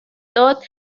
داد